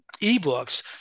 ebooks